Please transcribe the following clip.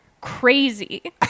crazy